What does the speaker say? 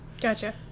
gotcha